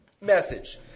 message